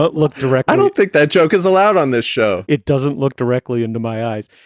but look direct. i don't think that joke is allowed on this show. it doesn't look directly into my eyes.